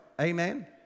amen